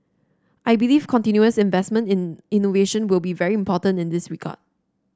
I believe continuous investment in innovation will be very important in this regard